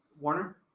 Warner